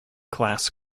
class